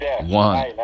one